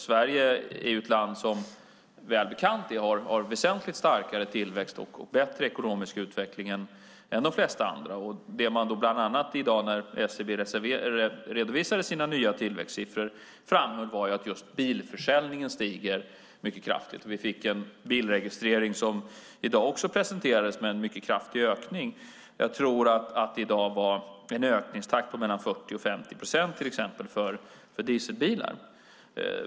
Sverige är ju ett land som, vilket är välbekant, har väsentligt starkare tillväxt och bättre ekonomisk utveckling än de flesta andra. Det man bland annat framhöll i dag när SCB redovisade sina nya tillväxtsiffror var att just bilförsäljningen stiger mycket kraftigt. Vi fick en bilregistrering som också presenterades i dag med en mycket kraftig ökning. Jag tror till exempel att det var en ökningstakt på mellan 40 och 50 procent för dieselbilar.